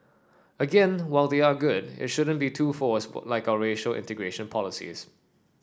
again while they are good it shouldn't be too forced like our racial integration policies